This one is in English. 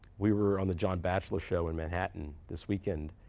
we were on the john bachelor show in manhattan this weekend.